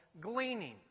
gleaning